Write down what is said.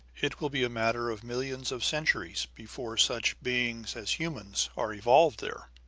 it will be a matter of millions of centuries before such beings as humans are evolved there.